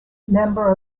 member